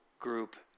group